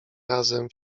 razem